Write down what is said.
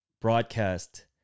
broadcast